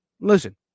Listen